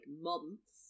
months